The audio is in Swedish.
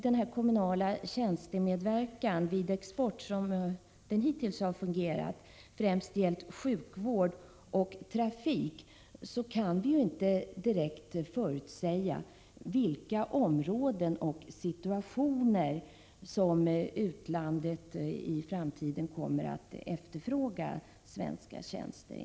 Som den kommunala medverkan vid export av tjänster hittills har fungerat har den dock främst gällt sjukvård och trafik. Man kan därför inte direkt förutsäga inom vilka områden och i vilka situationer utlandet i framtiden kommer att efterfråga svenska tjänster.